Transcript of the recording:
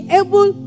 able